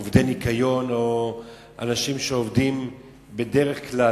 עובדי ניקיון או אנשים שעובדים בדרך כלל